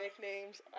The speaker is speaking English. nicknames